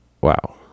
Wow